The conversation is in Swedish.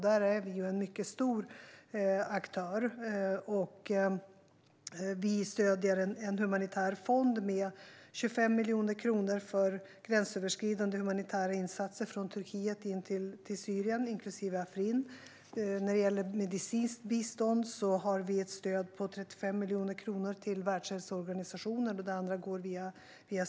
Där är vi en mycket stor aktör. Vi stöder en humanitär fond med 25 miljoner kronor för gränsöverskridande humanitära insatser från Turkiet in till Syrien, inklusive Afrin. När det gäller medicinskt bistånd ger vi ett stöd på 35 miljoner kronor till Världshälsoorganisationen. Det andra går via Sida.